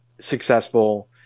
successful